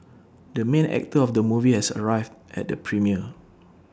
the main actor of the movie has arrived at the premiere